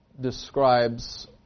describes